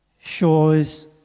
shows